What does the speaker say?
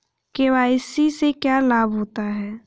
KYC से क्या लाभ होता है?